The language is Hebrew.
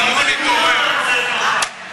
הכול בסדר.